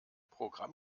programm